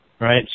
right